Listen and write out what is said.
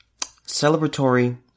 celebratory